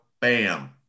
Bam